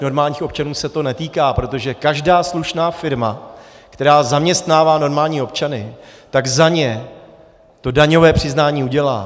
Normálních občanů se to netýká, protože každá slušná firma, která zaměstnává normální občany, za ně daňové přiznání udělá.